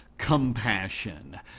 compassion